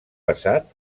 pesat